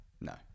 No